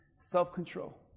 Self-control